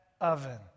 oven